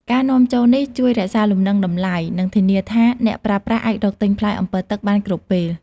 ការនាំចូលនេះជួយរក្សាលំនឹងតម្លៃ និងធានាថាអ្នកប្រើប្រាស់អាចរកទិញផ្លែអម្ពិលទឹកបានគ្រប់ពេល។